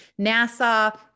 NASA